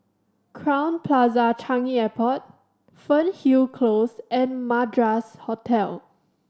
Crowne Plaza Changi Airport Fernhill Close and Madras Hotel